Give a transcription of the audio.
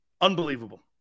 Unbelievable